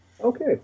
Okay